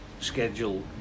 schedule